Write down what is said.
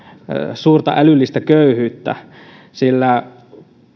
suurta älyllistä köyhyyttä sillä